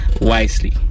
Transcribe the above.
wisely